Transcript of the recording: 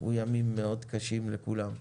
הם ימים מאוד קשים לכולם.